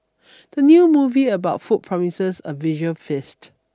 the new movie about food promises a visual feast